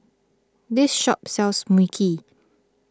this shop sells Mui Kee